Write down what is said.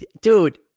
Dude